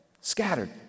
Scattered